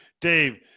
dave